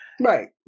Right